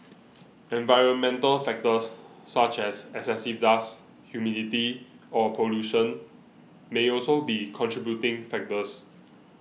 environmental factors such as excessive dust humidity or pollution may also be contributing factors